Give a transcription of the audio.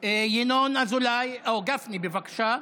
חבר הכנסת גפני, בבקשה.